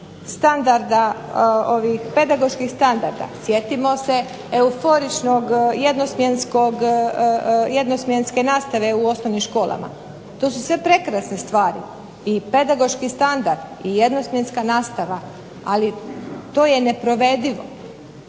standarda, pedagoških standarda, sjetimo se euforično jednosmjenske nastave u osnovnim školama, to su sve prekrasne stvari i pedagoški standard i jednosmjenska nastava ali to je neprovedivo.